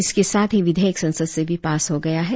इसके साथ ही विधेयक संसद से भी पास हो गया है